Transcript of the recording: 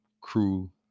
crew